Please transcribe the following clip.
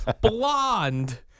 blonde